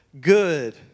good